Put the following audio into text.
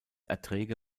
erträge